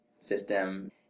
system